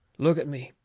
look at me,